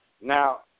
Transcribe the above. now